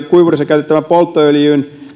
kuivureissa käytettävän polttoöljyn